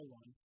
one